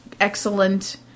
excellent